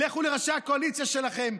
לכו לראשי הקואליציה שלכם,